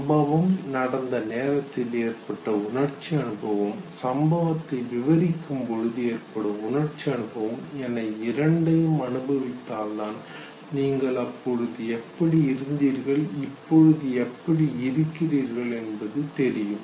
சம்பவம் நடந்த நேரத்தில் ஏற்பட்ட உணர்ச்சி அனுபவம் சம்பவத்தை விவரிக்கும்போது ஏற்படும் உணர்ச்சி அனுபவம் என இரண்டையும் அனுபவித்தால்தான் நீங்கள் அப்பொழுது எப்படி இருந்தீர்கள் இப்பொழுது எப்படி இருக்கிறீர்கள் என்பது தெரியும்